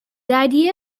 idea